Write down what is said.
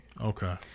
Okay